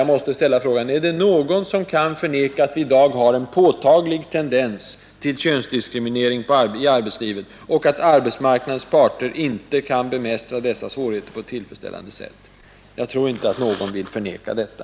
Jag måste ställa frågan: Är det någon som kan förneka Fredagen den att vi i dag har ”en påtaglig tendens till könsdiskriminering i arbetslivet” 3 december 1971 och att arbetsmarknadens parter inte kan bemästra dessa svårigheter på — ett tillfredsställande sätt? Jag tror inte att någon vill förneka detta.